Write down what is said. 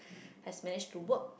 has manage to work